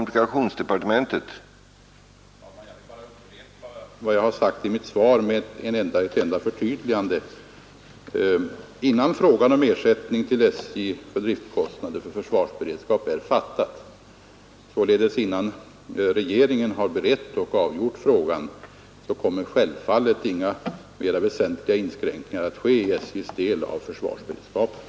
Herr talman! Jag vill bara hänvisa till vad jag har sagt i mitt svar och göra ett enda förtydligande. Innan regeringen berett och avgjort frågan om ersättning till SJ för driftkostnader för försvarsberedskap kommer självfallet inga mera väsentliga inskränkningar att ske i SJ:s andel av försvarsberedskapen.